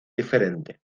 diferente